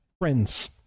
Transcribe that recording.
friends